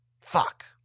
Fuck